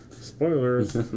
Spoilers